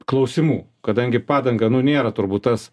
klausimų kadangi padanga nu nėra turbūt tas